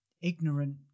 ignorant